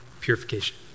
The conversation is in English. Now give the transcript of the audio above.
purification